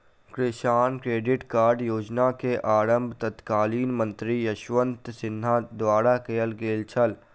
किसान credit card योजना के आरम्भ तत्कालीन मंत्री यशवंत सिन्हा द्वारा कयल गेल छल